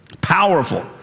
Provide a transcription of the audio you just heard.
powerful